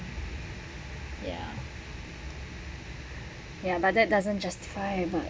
ya ya but that doesn't justify but